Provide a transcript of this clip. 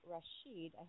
Rashid